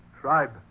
Tribe